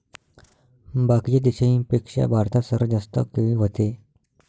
बाकीच्या देशाइंपेक्षा भारतात सर्वात जास्त केळी व्हते